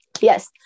yes